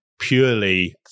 purely